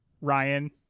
Ryan